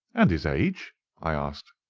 and his age? i asked.